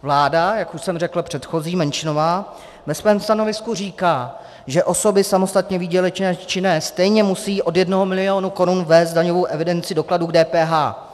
Vláda, jak už jsem řekl, předchozí, menšinová, ve svém stanovisku říká, že osoby samostatně výdělečně činné stejně musí od jednoho milionu korun vést daňovou evidenci dokladů k DPH.